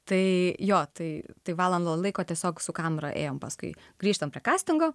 tai jo tai tai valandą laiko tiesiog su kamera ėjom paskui grįžtam prie kastingo